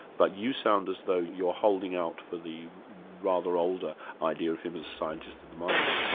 but you sound as though you're holding out for the rather older idea of him as a scientist of the mind.